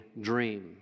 dream